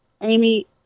Amy